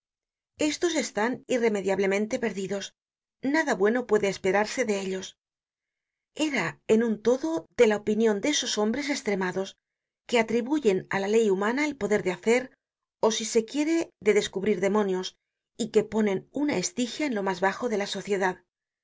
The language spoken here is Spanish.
estos están irremediablemente perdidos nada bueno puede esperarse de ellos era en un todo de la opinion de esos hombres estremados que atribuyen á la ley humana el poder de hacer ó si se quiere de descubrir demonios y que ponen una estigia en lo mas bajo de la sociedad